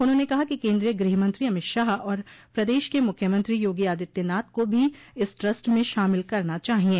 उन्होंने कहा कि केन्द्रीय गृहमंत्री अमित शाह और प्रदेश के मुख्यमंत्री योगी आदित्यनाथ को भी इस ट्रस्ट में शामिल करना चाहिये